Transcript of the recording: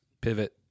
pivot